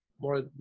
more